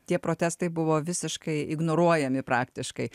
tie protestai buvo visiškai ignoruojami praktiškai